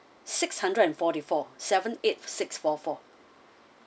six hundred and forty-four seven eight six four four